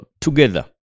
together